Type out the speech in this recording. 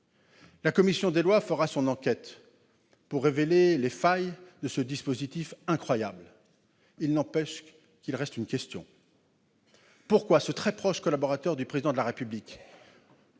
La commission des lois fera son enquête pour révéler les failles de ce dispositif incroyable. Il n'empêche qu'une question subsiste : alors que ce très proche collaborateur le Président de la République,